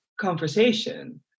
conversation